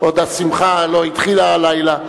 עוד השמחה לא התחילה הלילה.